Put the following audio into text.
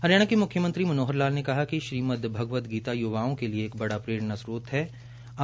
हरियाणा के मुख्यमंत्री मनोहर लापल ने कहा है कि श्रीमद भगवत गीता युवाओं के लिए एक बड़ा प्रेरणास्त्रोत हे